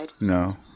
No